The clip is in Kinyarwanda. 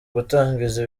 gutangiza